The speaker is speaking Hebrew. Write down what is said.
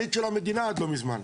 האדריכלית של המדינה עד לא מזמן.